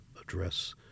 address